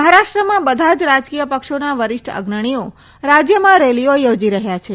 મહારાષ્ટ્રમાં બધા જ રાજકીય પક્ષોના વરિષ્ઠ અગ્રણીઓ રાજયમાં રેલીઓ યોજી રહયા છે